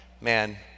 man